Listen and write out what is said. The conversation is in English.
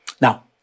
Now